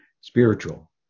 spiritual